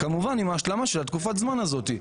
כמובן עם ההשלמה של תקופת הזמן הזאת,